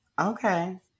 Okay